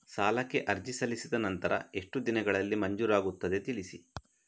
ಸಾಲಕ್ಕೆ ಅರ್ಜಿ ಸಲ್ಲಿಸಿದ ನಂತರ ಎಷ್ಟು ದಿನಗಳಲ್ಲಿ ಮಂಜೂರಾಗುತ್ತದೆ ತಿಳಿಸಿ?